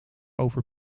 over